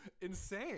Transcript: insane